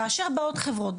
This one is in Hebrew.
כאשר באות חברות,